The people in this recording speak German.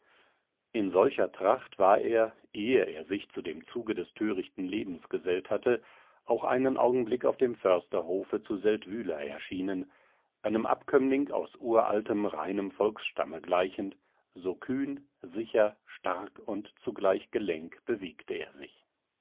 in solcher tracht war er ehe er sich zu dem zuge des törichten lebens gesellt hatte auch einen augenblick auf dem försterhofe zu seldwyla erschienen einem abkömmling aus uraltem reinem volksstamme gleichend so kühn sicher stark und zugleich gelenk bewegte er sich